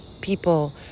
people